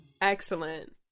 excellent